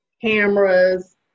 cameras